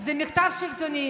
זה מחטף שלטוני,